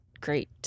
great